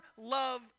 love